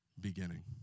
beginning